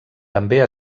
també